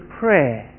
prayer